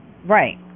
Right